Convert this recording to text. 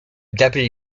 deputy